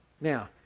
Now